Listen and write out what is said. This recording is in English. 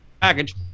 Package